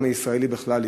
העם הישראלי בכלל,